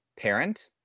parent